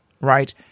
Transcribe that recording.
right